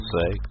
say